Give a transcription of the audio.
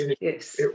Yes